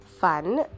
fun